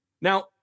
now